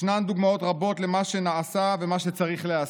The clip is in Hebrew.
יש דוגמאות רבות למה שנעשה ולמה שצריך להיעשות.